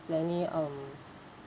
any um